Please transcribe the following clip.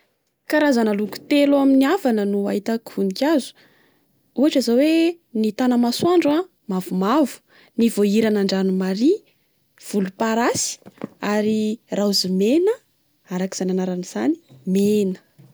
Karazana loko telo amin'ny avana no ahitako vonikazo, ohatra zao hoe :ny tana-masoandro a mavomavo, ny voahirana andranomaria volomparasy ary raozy mena araka izany anarana izany: mena.